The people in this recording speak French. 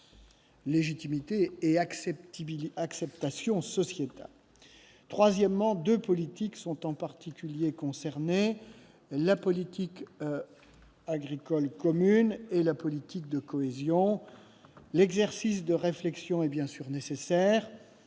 politiques européennes. Troisièmement, deux politiques sont en particulier concernées : la politique agricole commune et la politique de cohésion. L'exercice de réflexion est bien sûr nécessaire,